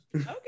Okay